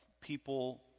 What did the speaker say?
people